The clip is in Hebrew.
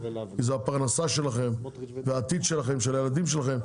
זוהי הפרנסה שלכם והעתיד שלכם ושל הילדים שלכם.